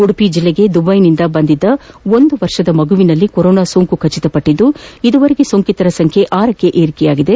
ಉಡುಪಿ ಜಿಲ್ಲೆಗೆ ದುಬೈನಿಂದ ಆಗಮಿಸಿದ್ದ ಒಂದು ವರ್ಷದ ಮಗುವಿನಲ್ಲಿ ಕೊರೋನಾ ಸೋಂಕು ದೃಢಪಟ್ಟಿದ್ದು ಇದುವರೆಗೆ ಸೋಂಕಿತರ ಸಂಖ್ಯೆ ಏಕ್ಕೆ ಏರಿಕೆಯಾಗಿದೆ